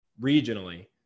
regionally